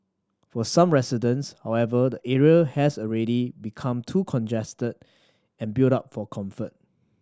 for some residents however the area has already become too congested and built up for comfort